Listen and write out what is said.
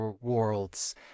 World's